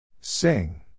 Sing